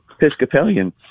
Episcopalian